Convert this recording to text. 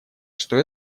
что